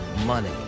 money